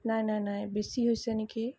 নাই নাই নাই বেছি হৈছে নেকি